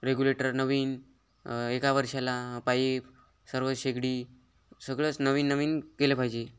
regulator नवीन एका वर्षाला पाईप सर्व शेगडी सगळंच नवीन नवीन केलं पाहिजे